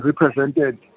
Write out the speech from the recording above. represented